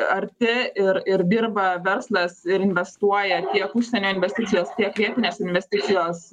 arti ir ir dirba verslas ir investuoja tiek užsienio investicijos tiek vietinės investicijos